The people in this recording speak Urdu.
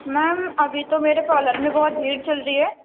میم ابھی تو میرے پارلر میں بہت بھیڑ چل رہی ہے